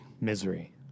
Misery